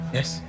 Yes